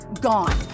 gone